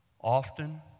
Often